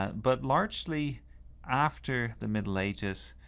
but largely after the middle ages,